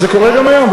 היום.